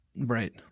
Right